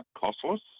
costless